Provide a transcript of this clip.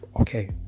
Okay